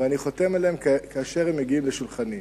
ואני חותם עליהם כאשר הם מגיעים לשולחני.